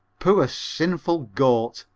poor sinful goat,